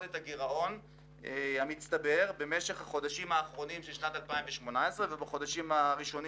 את הגירעון המצטבר במשך החודשים האחרונים של שנת 2018 ובחודשים הראשונים